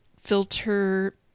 filter